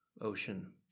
ocean